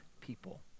people